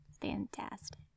fantastic